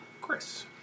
Chris